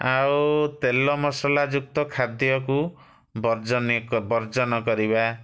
ଆଉ ତେଲ ମସଲାଯୁକ୍ତ ଖାଦ୍ୟକୁ ବର୍ଜନିକ ବର୍ଜନ କରିବା